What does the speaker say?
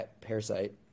Parasite